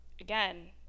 Again